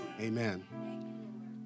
Amen